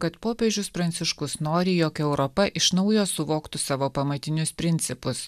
kad popiežius pranciškus nori jog europa iš naujo suvoktų savo pamatinius principus